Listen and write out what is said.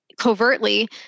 covertly